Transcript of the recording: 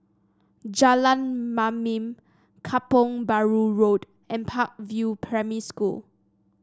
Jalan Mamam Kampong Bahru Road and Park View Primary School